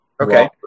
Okay